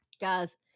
Guys